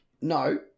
No